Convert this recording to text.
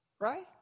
Right